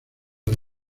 del